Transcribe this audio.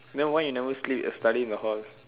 then why you never sleep study in the hall